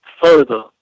further